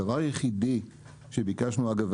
הדבר היחיד שביקשנו ואגב,